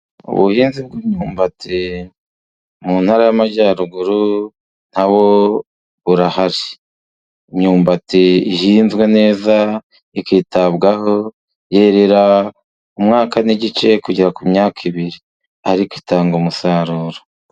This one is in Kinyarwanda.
Ubuhinzi bw'imyumba mu ntara y'Amajyaruguru, na ho burahari. Imyumbati ihinzwe neza, ikitabwaho, yerera umwaka n'igice kugera ku myaka ibiri, ariko itanga umusaruro.